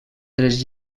tres